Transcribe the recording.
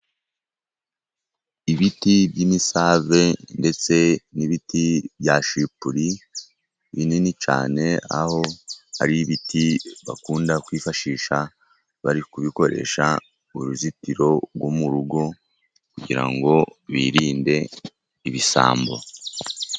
Ibiti by'Imisave ndetse n'ibiti bya Shipuli binini cyane, aho ari ibiti bakunda kwifashisha bari kubikoresha uruzitiro rwo mu rugo, kugira ngo birinde ibisambo.